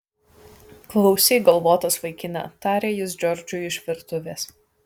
klausyk galvotas vaikine tarė jis džordžui iš virtuvės